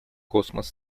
космос